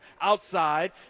outside